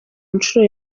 nshuro